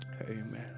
Amen